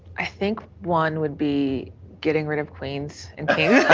i think one would be getting rid of queens, and